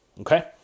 okay